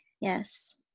Yes